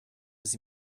sie